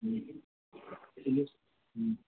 ہوں ہیلو ہوں